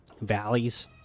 valleys